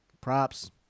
Props